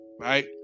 right